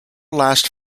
last